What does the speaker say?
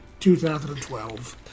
2012